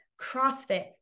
CrossFit